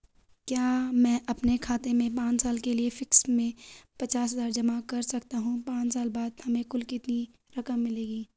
क्या मैं अपने खाते में पांच साल के लिए फिक्स में पचास हज़ार जमा कर सकता हूँ पांच साल बाद हमें कुल कितनी रकम मिलेगी?